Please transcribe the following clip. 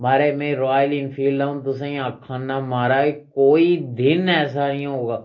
महाराज में Royal Enfield आ'ऊं तुसें ई आखा नां महाराज कोई दिन ऐसा नेईं होग